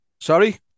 sorry